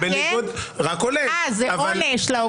עונש לאופוזיציה.